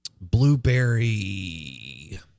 blueberry